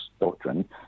doctrine